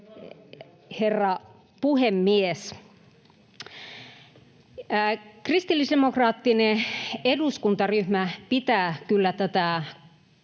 herra puhemies! Kristillisdemokraattinen eduskuntaryhmä pitää kyllä koronaviruksen